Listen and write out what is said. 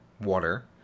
water